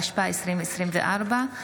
התשפ"ה 2024,